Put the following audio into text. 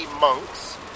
Monks